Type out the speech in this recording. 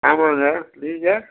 ஆமாங்க நீங்கள்